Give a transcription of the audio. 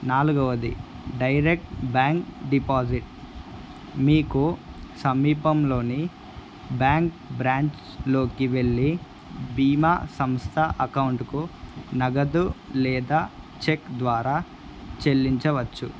నాల్గవది direct bank deposit మీకు సమీపంలోని బ్యాంక్ బ్రాంచ్లోకి వెళ్ళి బీమా సంస్థ అకౌంట్కు నగదు లేదా చెక్ ద్వారా చెల్లించవచ్చు